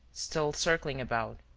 still circling about,